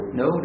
no